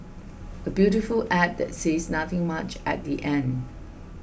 a beautiful ad that says nothing much at the end